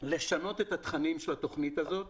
לשנות את התכנים של התוכנית הזאת.